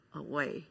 away，